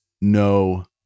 no